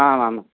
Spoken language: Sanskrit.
आम् आम्